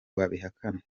babihakana